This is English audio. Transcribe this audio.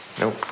Nope